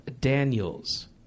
Daniels